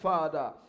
Father